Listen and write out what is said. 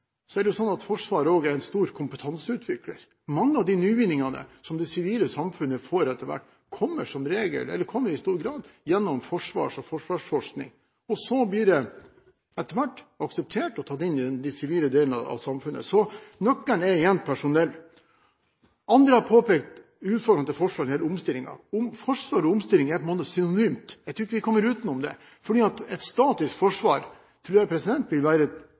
er det slik at Forsvaret er en stor kompetanseutvikler. Mange av de nyvinningene som det sivile samfunnet får etter hvert, kommer i stor grad gjennom Forsvaret og forsvarsforskning. Etter hvert blir det så akseptert å ta det inn i den sivile delen av samfunnet. Så nøkkelen er igjen: personell. Andre har påpekt uføre i Forsvaret når det gjelder omstilling – om forsvar og omstilling på en måte er synonymt. Jeg tror ikke vi kommer utenom det. Et statisk forsvar tror jeg vil være et